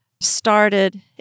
started